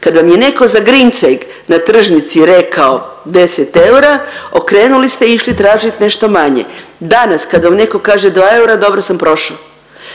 Kad vam je neko za grincek na tržnici rekao 10 eura okrenuli se i išli tražit nešto manje. Danas kad vam netko kaže 2 eura, dobro sam prošao.